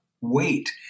wait